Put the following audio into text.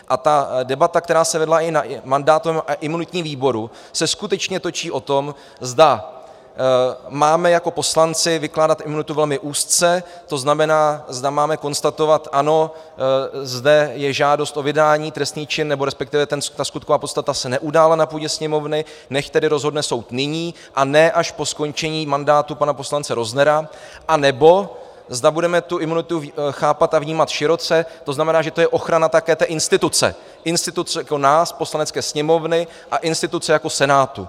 A ta debata, která se vedla i na mandátovém a imunitním výboru, se skutečně točí o tom, zda máme jako poslanci vykládat imunitu velmi úzce, to znamená, zda máme konstatovat ano, zde je žádost o vydání, trestný čin, nebo resp. ta skutková podstata se neudála na půdě Sněmovny, nechť tedy rozhodne soud nyní a ne až po skončení mandátu pana poslance Roznera; anebo zda budeme tu imunitu chápat a vnímat široce, to znamená, že je to také ochrana té instituce, instituce jako nás, Poslanecké sněmovny, a instituce jako Senátu.